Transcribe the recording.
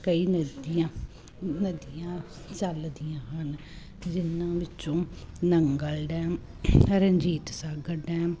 ਕਈ ਨਦੀਆਂ ਨਦੀਆਂ ਚਲਦੀਆਂ ਹਨ ਜਿਨ੍ਹਾਂ ਵਿੱਚੋਂ ਨੰਗਲ ਡੈਮ ਰਣਜੀਤ ਸਾਗਰ ਡੈਮ